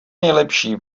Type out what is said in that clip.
nejlepší